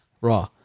raw